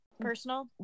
personal